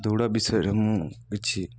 ଦୌଡ଼ା ବିଷୟରେ ମୁଁ କିଛି